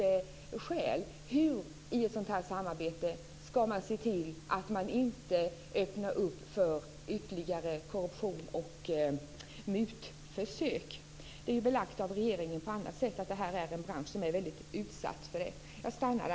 Hur ska man i ett sådant här samarbete se till att man inte öppnar upp för ytterligare korruption och mutförsök? Det är ju belagt av regeringen på andra sätt att det här är en bransch som är väldigt utsatt i detta avseende.